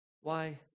Why